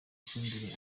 senderi